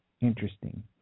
interesting